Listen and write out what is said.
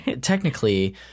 technically